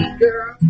girl